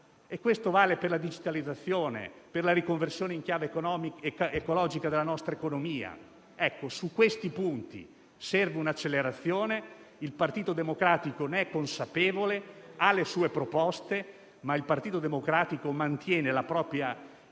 Questo vale anche per la digitalizzazione e per la riconversione in chiave ecologica della nostra economia. Su questi punti serve un'accelerazione; il Partito Democratico ne è consapevole, ha le sue proposte e mantiene la propria